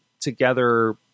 together